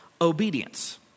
obedience